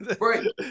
Right